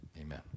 amen